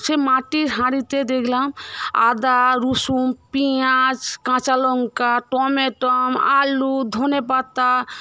সে মাটির হাঁড়িতে দেখলাম আদা রসুন পেঁয়াজ কাঁচা লঙ্কা টমেট আলু ধনে পাতা